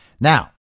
Now